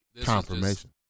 Confirmation